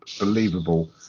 believable